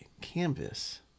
canvas